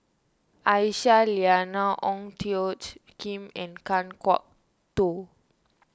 Aisyah Lyana Ong Tjoe Kim and Kan Kwok Toh